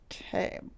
Okay